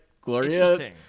Gloria